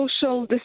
social